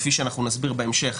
כפי שנסביר בהמשך,